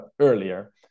earlier